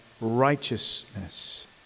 righteousness